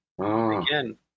again